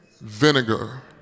Vinegar